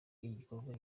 igikorwa